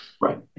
Right